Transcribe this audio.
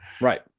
Right